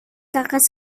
kakak